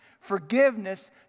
Forgiveness